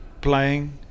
playing